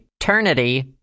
eternity